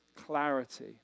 clarity